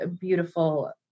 beautiful